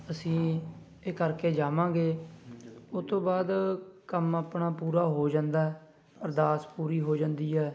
ਅਸੀਂ ਇਹ ਕਰਕੇ ਜਾਵਾਂਗੇ ਉਹਤੋਂ ਬਾਅਦ ਕੰਮ ਆਪਣਾ ਪੂਰਾ ਹੋ ਜਾਂਦਾ ਅਰਦਾਸ ਪੂਰੀ ਹੋ ਜਾਂਦੀ ਹੈ